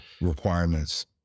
requirements